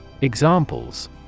Examples